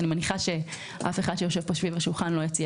אני מניחה שאף אחד שיושב פה סביב השולחן לא יציע